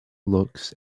looks